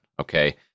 okay